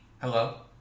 Hello